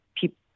people